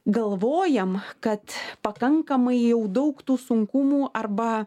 galvojam kad pakankamai jau daug tų sunkumų arba